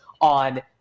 on